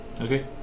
Okay